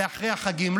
אחרי החגים.